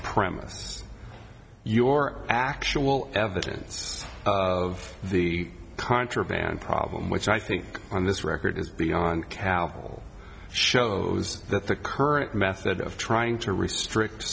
premise your actual evidence of the contraband problem which i think on this record is beyond cal shows that the current method of trying to restrict